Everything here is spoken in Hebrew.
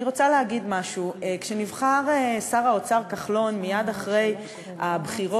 אני רוצה להגיד משהו: מייד אחרי הבחירות,